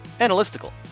analytical